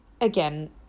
again